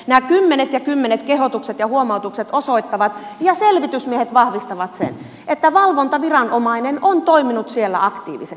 nämä kymmenet ja kymmenet kehotukset ja huomautukset osoittavat ja selvitysmiehet vahvistavat sen että valvontaviranomainen on toiminut siellä aktiivisesti